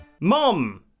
Mom